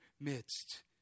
midst